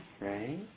Right